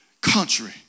country